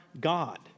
God